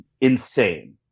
insane